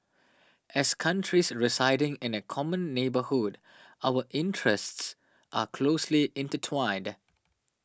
as countries residing in a common neighbourhood our interests are closely intertwined